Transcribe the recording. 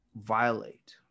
violate